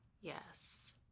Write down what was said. Yes